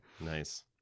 nice